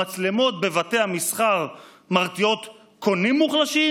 המצלמות בבתי המסחר מרתיעות קונים מוחלשים?